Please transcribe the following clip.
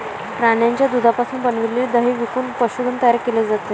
प्राण्यांच्या दुधापासून बनविलेले दही विकून पशुधन तयार केले जाते